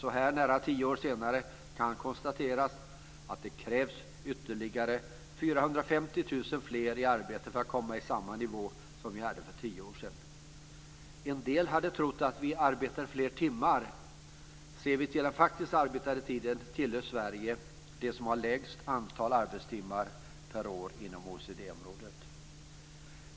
Så här, nära tio år senare, kan konstateras att det krävs ytterligare 450 000 fler i arbete för att komma upp i samma nivå som vi hade för tio år sedan. En del har trott att vi har fler arbetade timmar. Om vi ser till den faktiskt arbetade tiden tillhör Sverige de länder som har lägst antal arbetstimmar per år inom OECD-området.